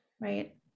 right